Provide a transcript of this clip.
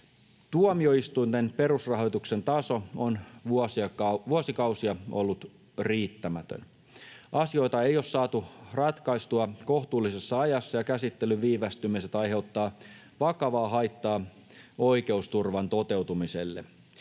Tuomioistuinten perusrahoituksen taso on vuosikausia ollut riittämätön. Asioita ei ole saatu ratkaistua kohtuullisessa ajassa, ja käsittelyn viivästymiset aiheuttavat vakavaa haittaa oikeusturvan toteutumiselle.